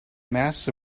mass